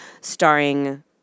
starring